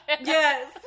Yes